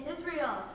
Israel